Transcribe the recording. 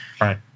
Right